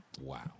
Wow